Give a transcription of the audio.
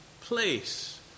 place